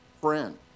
friend